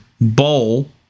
bowl